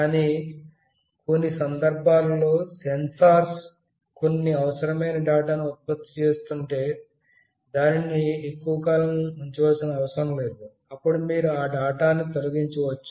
కానీ కొన్ని సందర్భాల్లో సెన్సార్లు కొన్ని అనవసరమైన డేటాను ఉత్పత్తి చేస్తుంటే దానిని ఎక్కువ కాలం ఉంచవలసిన అవసరం లేదు అప్పుడు మీరు ఆ డేటాను తొలగించవచ్చు